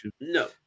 No